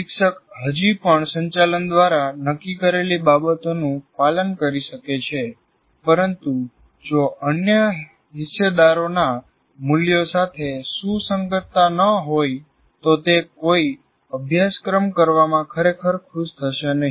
શિક્ષક હજી પણ સંચાલન દ્વારા નક્કી કરેલી બાબતોનું પાલન કરી શકે છે પરંતુ જો અન્ય હિસ્સેદારોના મૂલ્યો સાથે સુસંગતતા ન હોય તો તે કોઈ અભ્યાસક્રમ કરવામાં ખરેખર ખુશ થશે નહીં